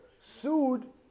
sued